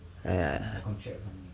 ya ya